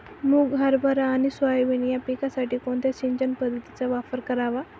मुग, हरभरा आणि सोयाबीन या पिकासाठी कोणत्या सिंचन पद्धतीचा वापर करावा?